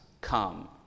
come